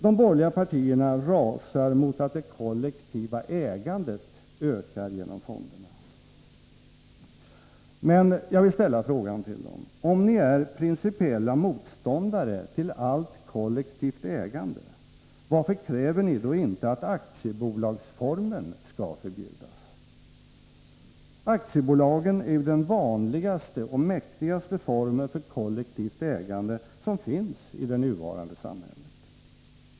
De borgerliga partierna rasar mot att det kollektiva ägandet ökar genom fonderna. Men jag vill ställa frågan till er: Om ni är principiella motståndare till kollektivt ägande, varför kräver ni då inte att aktiebolagsformen skall förbjudas? Aktiebolagen är ju den vanligaste och mäktigaste formen för kollektivt ägande i det nuvarande samhället.